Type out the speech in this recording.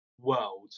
world